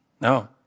No